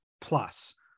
plus